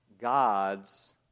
God's